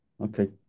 Okay